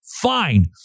Fine